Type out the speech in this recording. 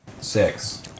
Six